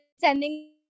sending